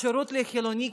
שירות לחילוני,